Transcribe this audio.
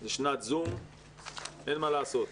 זו שנת זום ואין מה לעשות.